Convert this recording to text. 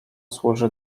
służy